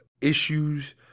issues